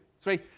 three